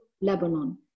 Lebanon